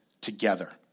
together